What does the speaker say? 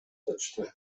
жатышты